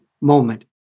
moment